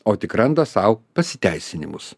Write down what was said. o tik randa sau pasiteisinimus